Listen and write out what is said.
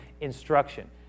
instruction